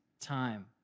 time